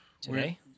today